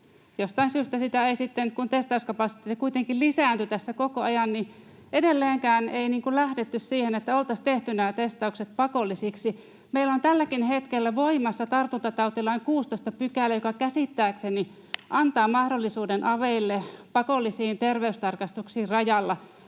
jostain syystä sitten, kun testauskapasiteetti kuitenkin lisääntyi tässä koko ajan, ei edelleenkään ei lähdetty siihen, että oltaisiin tehty nämä tes-taukset pakollisiksi. Meillä on tälläkin hetkellä voimassa tartuntatautilain 16 §, joka käsittääkseni antaa aveille mahdollisuuden pakollisiin terveystarkastuksiin rajalla.